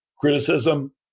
criticism